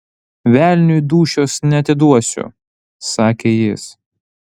velniui dūšios neatiduosiu sakė jis